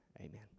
amen